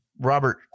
Robert